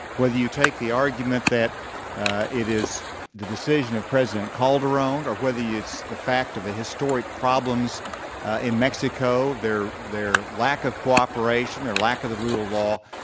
whether you take the argument that it is the decision of president calderon, or whether it's the fact of the historic problems in mexico, their their lack of cooperation or lack of the rule of law,